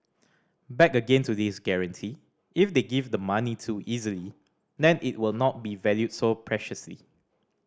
back again to this guarantee if they give the money too easily then it will not be valued so preciously